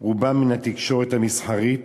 רובם מן התקשורת המסחרית,